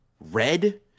red